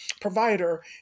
provider